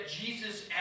Jesus